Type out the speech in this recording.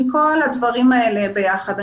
כל הדברים האלה ביחד.